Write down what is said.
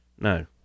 no